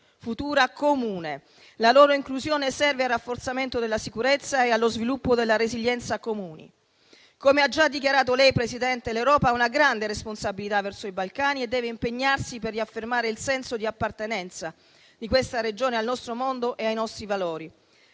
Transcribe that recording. futura comune. La loro inclusione serve al rafforzamento della sicurezza e allo sviluppo della resilienza comune. Come ha già dichiarato lei, signora Presidente del Consiglio, l'Europa ha una grande responsabilità verso i Balcani e deve impegnarsi per riaffermare il senso di appartenenza di questa regione al nostro mondo e ai nostri valori,